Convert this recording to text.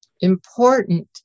important